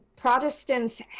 Protestants